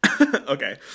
Okay